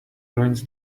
ruins